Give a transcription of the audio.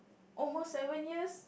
almost seven years